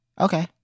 Okay